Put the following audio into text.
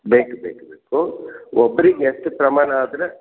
ಬೇಕೆ ಬೇಕೆ ಬೇಕು ಒಬ್ಬರಿಗೆ ಎಷ್ಟು ಪ್ರಮಾಣ ಆದರೆ